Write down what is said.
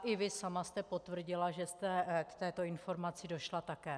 I vy sama jste potvrdila, že jste k této informaci došla také.